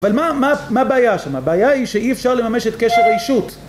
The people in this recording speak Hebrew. אבל מה הבעיה שם? הבעיה היא שאי אפשר לממש את קשר האישות